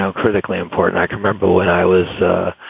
so critically important i remember when i was